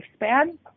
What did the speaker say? lifespan